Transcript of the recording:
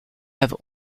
have